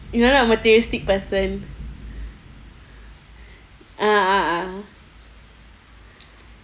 no lah materialistic person ah ah ah